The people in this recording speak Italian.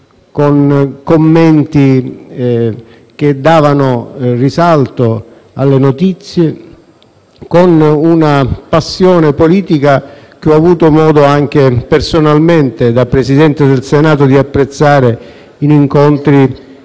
con commenti che davano risalto alle notizie e con una passione politica che ho avuto modo di apprezzare anche personalmente, da Presidente del Senato, in occasione di incontri